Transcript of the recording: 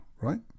right